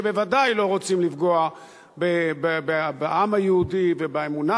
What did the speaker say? שהם בוודאי לא רוצים לפגוע בעם היהודי ובאמונה